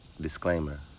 disclaimer